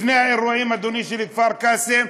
לפני האירועים של כפר קאסם,